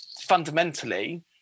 fundamentally